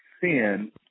sin